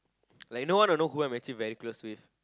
like no one will know who I'm actually very close with